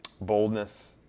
boldness